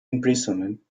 imprisonment